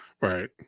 Right